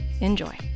Enjoy